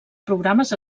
programes